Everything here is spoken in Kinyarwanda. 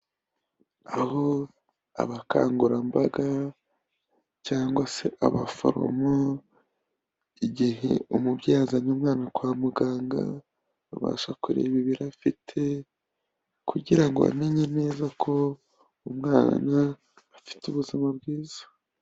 Aho abakangurambaga cyangwa se abaforomo, igihe umubyeyi azanye umwana kwa muganga babasha kureba ibiro afite, kugira ngo bamenye neza ko umwana afite ubuzima bwiza.